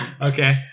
Okay